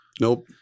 Nope